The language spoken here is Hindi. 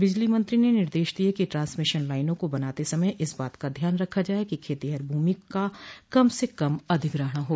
बिजली मंत्री ने निर्देश दिये कि ट्रांसमिशन लाइनों को बनाते समय इस बात का ध्यान रखा जाये कि खेतिहर भूमि का कम से कम अधिग्रहण हो